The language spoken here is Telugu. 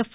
ఎఫ్